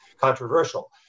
controversial